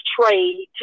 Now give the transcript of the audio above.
trade